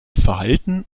verhalten